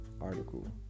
article